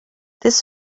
this